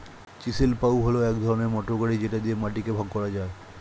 chisel plough হল এক ধরনের মোটর গাড়ি যেটা দিয়ে মাটিকে ভাগ করা যায়